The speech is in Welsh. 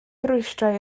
rhwystrau